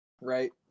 Right